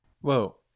whoa